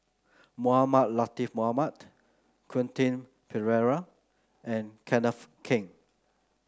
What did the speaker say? Mohamed Latiff Mohamed Quentin Pereira and Kenneth Keng